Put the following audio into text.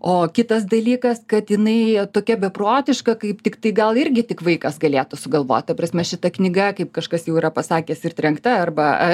o kitas dalykas kad jinai tokia beprotiška kaip tiktai gal irgi tik vaikas galėtų sugalvoti ta prasme šita knyga kaip kažkas jau yra pasakęs ir trenkta arba